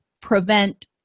prevent